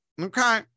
Okay